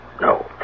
No